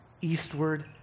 eastward